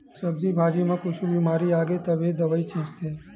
सब्जी भाजी म कुछु बिमारी आगे तभे दवई छितत हे